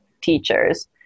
teachers